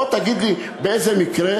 בוא תגיד לי: באיזה מקרה,